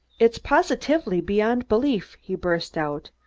it's positively beyond belief, he burst out.